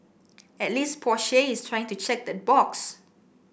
at least Porsche is trying to check that box